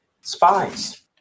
Spies